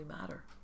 matter